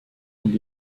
und